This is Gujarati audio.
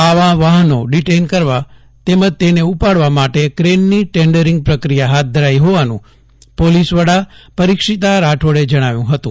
આવાં વાહનો ડિટેઇન કરવા ઉપાડવા માટે ક્રેનની ટેન્ડરિંગ પ્રક્રિયા હાથ ધરાઇ હોવાનું પોલીસવડા પરીક્ષિતા રાઠોડે જણાવ્યું હતું